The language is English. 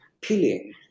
peeling